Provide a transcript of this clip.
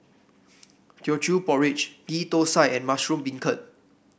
Teochew Porridge Ghee Thosai and Mushroom Beancurd